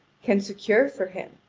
can secure for him.